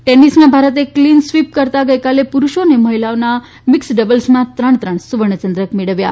ટેનિસમાં ભારતે clean sweep કરતા ગઈકાલે પુરૂષો અને મહિલાઓના મિક્સ્ડ ડબલ્સમાં ત્રણ ત્રણ સુવર્ણ ચંદ્રક મબ્યા